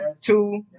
two